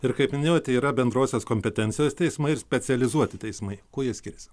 ir kaip minėjote yra bendrosios kompetencijos teismai ir specializuoti teismai kuo jie skiriasi